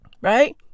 Right